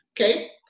Okay